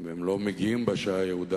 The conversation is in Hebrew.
והם לא מגיעים בשעה היעודה,